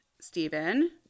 Stephen